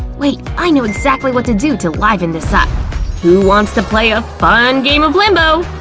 wait, i know exactly what to do to liven this ah who wants to play a fun game of limbo!